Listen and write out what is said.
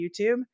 YouTube